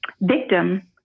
victim